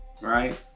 right